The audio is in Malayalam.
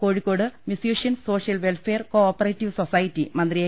Kozhikode musicians social welfare co operative society മന്ത്രി എ